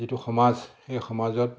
যিটো সমাজ সেই সমাজত